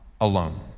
alone